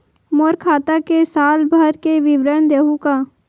मोर खाता के साल भर के विवरण देहू का?